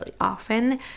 often